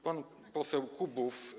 Pan poseł Kubów.